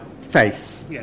face